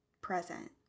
present